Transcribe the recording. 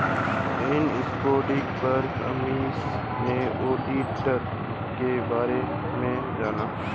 Investopedia पर अमीषा ने auditor के बारे में जाना